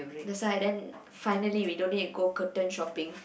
that's why then finally we don't need to go curtain shopping